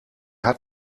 hat